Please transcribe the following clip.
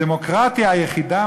הדמוקרטיה היחידה,